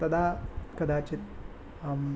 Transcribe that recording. तदा कदाचित् अहम्